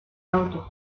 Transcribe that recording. auto